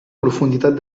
profunditat